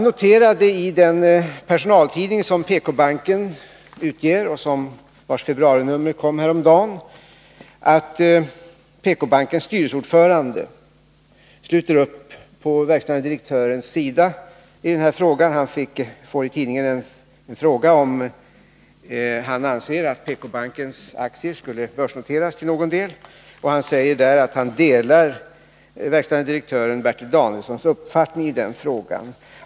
I den personaltidning som PKbanken utger och vars februarinummer kom häromdagen noterar jag att PKbankens styrelseordförande sluter upp på verkställande direktörens sida i den här frågan. Tidningen frågar styrelseordföranden Lars Sandberg om han anser att PKbankens aktier till någon del borde börsnoteras, och han svarar då att han delar verkställande direktören Bertil Danielssons uppfattning i den frågan.